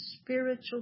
spiritual